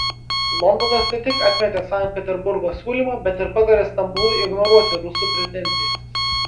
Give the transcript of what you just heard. londonas ne tik atmetė sankt peterburgo siūlymą bet ir patarė stambului ignoruoti rusų pretenzijas